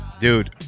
Dude